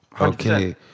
Okay